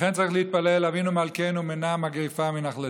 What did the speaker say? לכן צריך להתפלל: אבינו מלכנו, מנע מגפה מנחלתך,